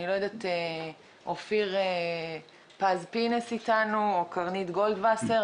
אופיר פז פינס או קרנית גולדווסר.